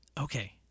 okay